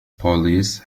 police